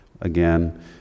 again